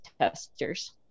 testers